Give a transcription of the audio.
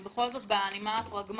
אבל בכל זאת בנימה הפרגמטית